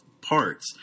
parts